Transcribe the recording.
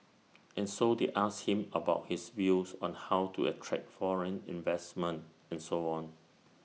and so they asked him about his views on how to attract foreign investment and so on